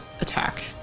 attack